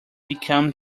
became